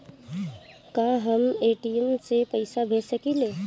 का हम ए.टी.एम से पइसा भेज सकी ले?